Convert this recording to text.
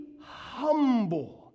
humble